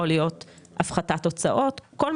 יכולה להיות הפחתת הוצאות וכל מיני דברים.